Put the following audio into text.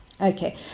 Okay